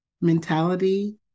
mentality